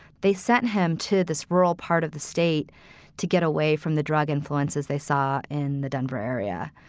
they sent him to this rural part of the state to get away from the drug influences they saw in the denver area.